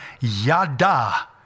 Yada